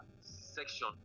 section